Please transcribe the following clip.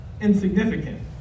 insignificant